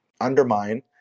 undermine